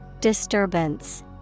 Disturbance